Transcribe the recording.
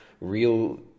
real